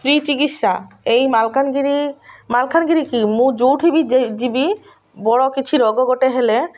କି ଚିକିତ୍ସା ଏଇ ମାଲକାନଗିରି ମାଲକାନଗିରି କି ମୁଁ କେଉଁଠି ବି ଯିବି ବଡ଼ କିଛି ରୋଗ ଗୋଟେ ହେଲେ